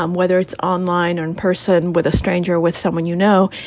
um whether it's online or in person with a stranger, with someone, you know,